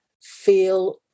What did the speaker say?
feel